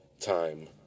time